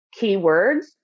keywords